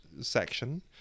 section